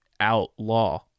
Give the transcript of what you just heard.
outlaw